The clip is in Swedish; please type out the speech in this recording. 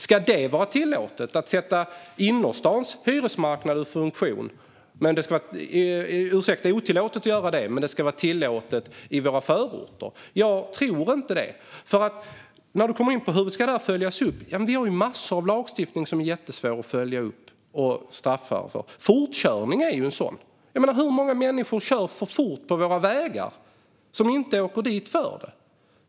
Ska det vara otillåtet att sätta innerstans hyresmarknad ur funktion men tillåtet i våra förorter? Jag tror inte det. Hur ska det följas upp? Vi har ju massor av lagstiftning som är svår att följa upp. Det gäller till exempel fortkörning. Hur många människor kör för fort på våra vägar utan att åka dit?